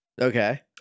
Okay